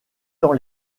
dans